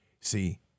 See